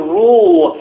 rule